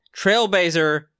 Trailblazer